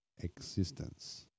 existence